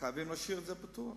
חייבים להשאיר את זה פתוח.